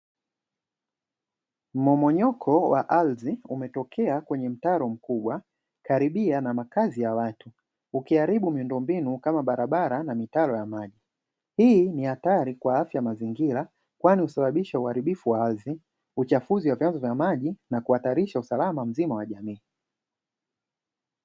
Mmomonyoko wa ardhi umetokea kwenye mtaro mkubwa karibia na makazi ya watu. Ukiharibu miundombinu kama barabara na mitaro ya maji. Hii ni hatari kwa afya ya mazingira kwani husababisha uharibifu wa ardhi, uchafuzi wa vyanzo vya maji na kuhatarisha usalama mzima wa jamii.